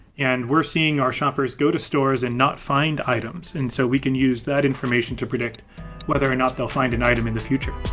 and we're seeing our shoppers go to stores and not find items, and so we can use that information to predict whether or not they'll find an item in the future.